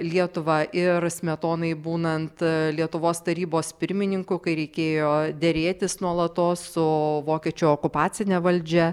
lietuvą ir smetonai būnant lietuvos tarybos pirmininku kai reikėjo derėtis nuolatos su vokiečių okupacine valdžia